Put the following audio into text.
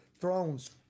thrones